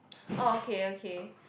oh okay okay